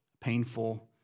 painful